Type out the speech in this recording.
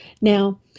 Now